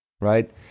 right